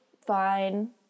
fine